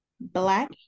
black